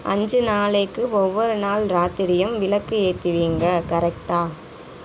அஞ்சு நாளைக்கு ஒவ்வொரு நாள் ராத்திரியும் விளக்கு ஏற்றுவீங்க கரெக்டா